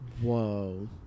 Whoa